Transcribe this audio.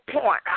point